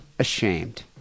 ashamed